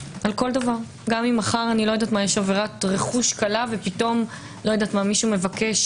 גם אם מחר יש עבירת רכוש קלה ומישהו מבקש